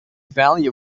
valley